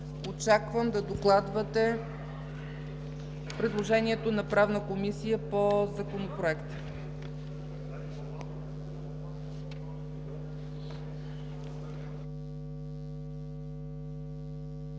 очаквам да докладвате предложението на Правна комисия по Законопроекта.